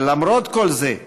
אבל למרות כל זה,